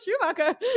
schumacher